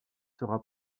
sera